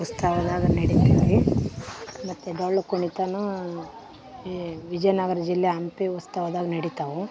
ಉತ್ಸವ್ದಾಗ ನಡೀತದೆ ಮತ್ತು ಡೊಳ್ಳು ಕುಣಿತ ಈ ವಿಜಯನಗರ ಜಿಲ್ಲೆ ಹಂಪಿ ಉತ್ಸವ್ದಾಗ ನಡಿತಾವೂ